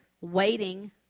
waiting